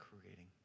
creating